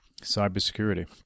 cybersecurity